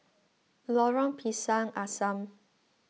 Lorong Pisang Asam